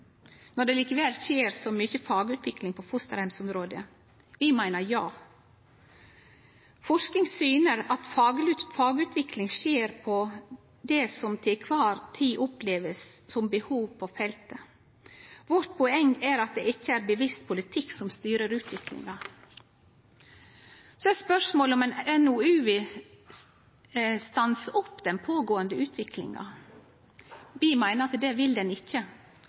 når det likevel skjer så mykje fagutvikling på fosterheimsområdet. Vi meiner ja. Forsking syner at fagutvikling skjer på det som til kvar tid blir opplevt som behov på feltet. Vårt poeng er at det ikkje er bevisst politikk som styrer utviklinga. Så er spørsmålet om ei NOU vil stanse opp den pågåande utviklinga. Vi meiner at det vil ho ikkje.